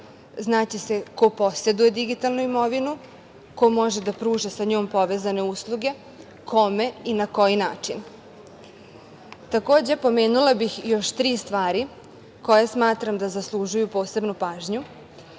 znaće se ko poseduje digitalnu imovinu, ko može da pruža sa njom povezane usluge, kome i na koji način. Takođe, pomenula bih još tri stvari koje smatram da zaslužuju posebnu pažnju.